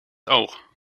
oog